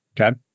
Okay